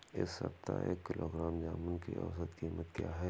इस सप्ताह एक किलोग्राम जामुन की औसत कीमत क्या है?